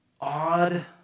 odd